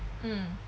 mm